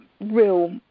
real